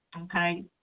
Okay